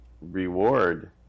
reward